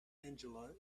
angela